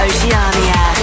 Oceania